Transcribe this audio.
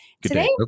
today